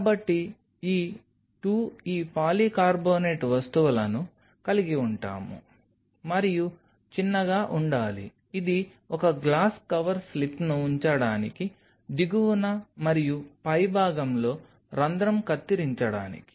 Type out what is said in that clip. కాబట్టి ఈ 2 ఈ పాలికార్బోనేట్ వస్తువులను కలిగి ఉంటాయి మరియు చిన్నగా ఉండాలి ఇది ఒక గ్లాస్ కవర్ స్లిప్ను ఉంచడానికి దిగువన మరియు పైభాగంలో రంధ్రం కత్తిరించడానికి